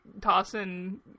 tossing